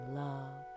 love